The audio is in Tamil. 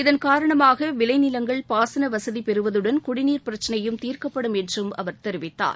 இதன் காரணமாக விளைநிலங்கள் பாசன வசதி பெறுவதுடன் குடிநீர் பிரச்சினையும் தீர்க்கப்படும் என்றும் அவர் தெரிவித்தார்